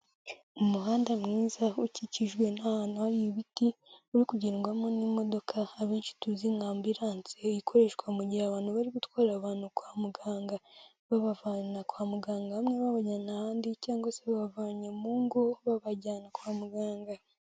Umuhanda mwiza ukikijwe n'ahantu hari ibiti, uri kugendwamo n'imodoka abenshi tuzi nka amburanse ikoreshwa mu gihe abantu bari gutwara abantu kwa muganga, babavana kwa muganga hamwe babanyana ahandi cyangwa se babavanye mu ngo babajyana kwa muganga.